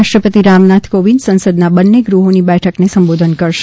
રાષ્ટ્રપતિ રામનાથ કોવિંદસંસદના બંને ગૃહોની બેઠકને સંબોધન કરશે